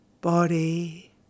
body